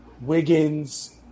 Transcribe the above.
Wiggins